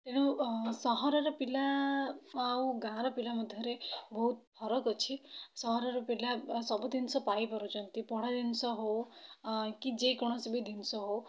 ଏଣୁ ସହରର ପିଲା ଆଉ ଗାଁ'ର ପିଲା ମଧ୍ୟରେ ବହୁତ ଫରକ୍ ଅଛି ସହରର ପିଲା ସବୁ ଜିନିଷ ପାଇପାରୁଛନ୍ତି ପଢ଼ା ଜିନିଷ ହେଉ କି ଯେକୌଣସି ଜିନିଷ ହେଉ